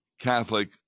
Catholic